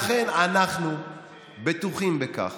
לכן אנחנו בטוחים בכך